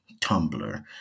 Tumblr